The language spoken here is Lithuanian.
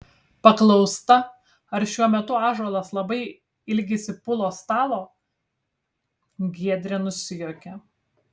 paklausta ar šiuo metu ąžuolas labai ilgisi pulo stalo giedrė nusijuokė